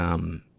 um,